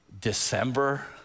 December